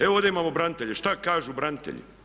Evo ovdje imamo branitelje, šta kažu branitelji?